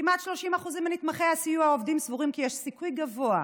כמעט 30% מנתמכי הסיוע העובדים סבורים כי יש סיכוי גבוה,